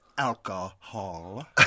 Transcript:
Alcohol